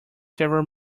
several